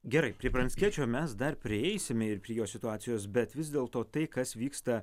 gerai prie pranckiečio mes dar prieisime ir prie jo situacijos bet vis dėlto tai kas vyksta